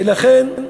ולכן,